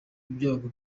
ibyago